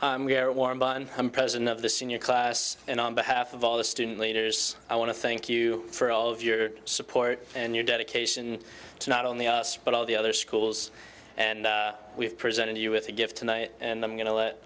support we are warm and i'm president of the senior class and on behalf of all the student leaders i want to thank you for all of your support and your dedication to not only us but all the other schools and we've presented you with a gift tonight and i'm going to let